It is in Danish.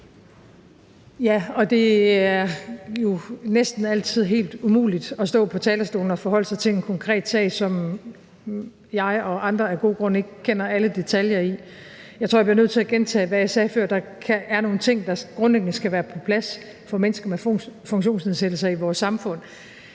det er jo næsten altid helt umuligt at stå på talerstolen og forholde sig til en konkret sag, som jeg og andre af gode grunde ikke kender alle detaljer i. Jeg tror, jeg bliver nødt til at gentage, hvad jeg sagde før: Der er nogle ting, der grundlæggende skal være på plads for mennesker med funktionsnedsættelser i vores samfund.